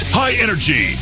high-energy